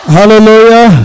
Hallelujah